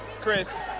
Chris